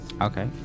okay